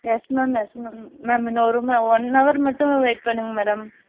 S ma'am yes ma'am ma'am இன்னும் ஒரு one hour மட்டும் வெயிட் பண்ணுங்கள் மேடம்